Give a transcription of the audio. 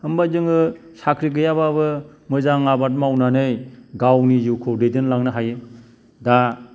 होमबा जोङो साख्रि गैयाबाबो मोजां आबाद मावनानै गावनि जिउखौ दैदेनलांनो हायो दा